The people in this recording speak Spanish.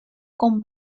con